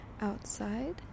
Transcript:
outside